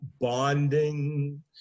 bonding